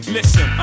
Listen